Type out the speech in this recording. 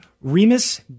remus